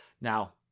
Now